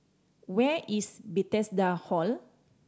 where is Bethesda Hall